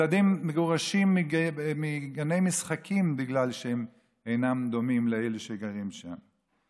ילדים מגורשים מגני משחקים בגלל שהם אינם דומים לאלה שגרים שם.